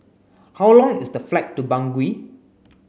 how long is the flight to Bangui